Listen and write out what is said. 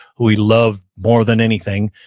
who he loved more than anything,